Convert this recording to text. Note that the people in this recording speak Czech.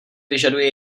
vyžaduje